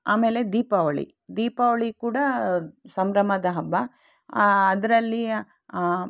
ಆಮೇಲೆ ದೀಪಾವಳಿ ದೀಪಾವಳಿ ಕೂಡ ಸಂಭ್ರಮದ ಹಬ್ಬ ಅದರಲ್ಲಿ